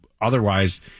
otherwise